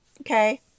Okay